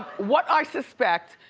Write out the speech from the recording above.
what i suspect,